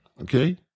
okay